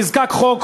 נזקק חוק,